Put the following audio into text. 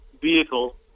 vehicle